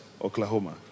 Oklahoma